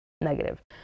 negative